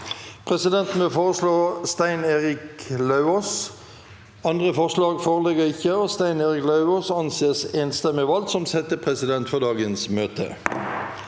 Presidenten vil foreslå Stein Erik Lauvås. – Andre forslag foreligger ikke, og Stein Erik Lauvås anses enstemmig valgt som settepresident for dagens møte.